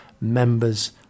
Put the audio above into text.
members